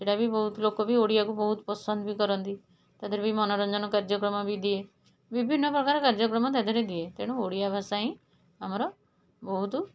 ସେଇଟା ବି ବହୁତ ଲୋକ ବି ଓଡ଼ିଆକୁ ବହୁତ ପସନ୍ଦ ବି କରନ୍ତି ତା' ଦେହରେ ବି ମନୋରଞ୍ଜନ କାର୍ଯ୍ୟକ୍ରମ ବି ଦିଏ ବିଭିନ୍ନପ୍ରକାର କାର୍ଯ୍ୟକ୍ରମ ତା' ଦେହରେ ଦିଏ ତେଣୁ ଓଡ଼ିଆ ଭାଷା ହିଁ ଆମର ବହୁତ